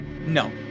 No